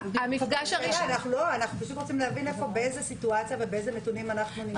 אנחנו רוצים להבין באיזה סיטואציה ונתונים אנחנו נמצאים.